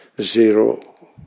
zero